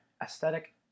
aesthetic